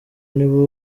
nibo